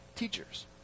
Teachers